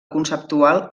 conceptual